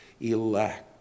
elect